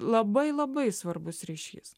labai labai svarbus ryšys